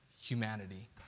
humanity